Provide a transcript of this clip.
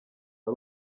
ari